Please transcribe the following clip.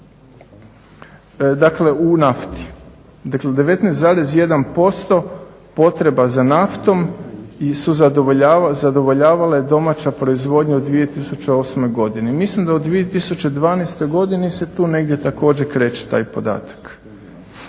dakle u nafti dakle 19,1% potreba za naftom su zadovoljavale domaća proizvodnja u 2008. godini. Mislim da u 2012. godini se tu negdje također kreće taj podatak